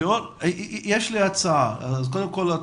קודם כול,